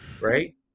right